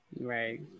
Right